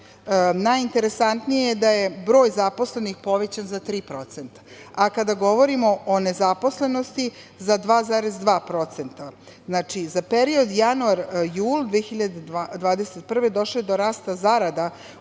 najinteresantnije je da je broj zaposlenih povećan za 3%, a kada govorimo o nezaposlenosti za 2,2%. Znači, za period januar-jul 2021. godine došlo je do rasta zarada